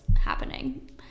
happening